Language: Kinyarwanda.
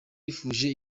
nifuje